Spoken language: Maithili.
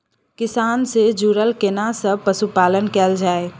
किसान से जुरल केना सब पशुपालन कैल जाय?